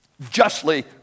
justly